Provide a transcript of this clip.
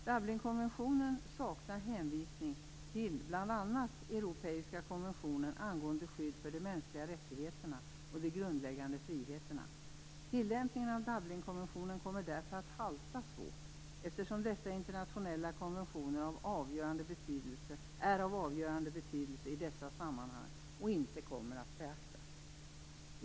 Dublinkonventionen saknar hänvisning till bl.a. europeiska konventionen angående skydd för de mänskliga rättigheterna och de grundläggande friheterna. Tilllämpningen av Dublinkonventionen kommer därför att halta svårt, eftersom dessa internationella konventioner av avgörande betydelse i dessa sammanhang inte kommer att beaktas.